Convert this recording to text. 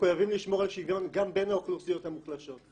מחויבים לשמור על שוויון גם בין האוכלוסיות המוחלשות.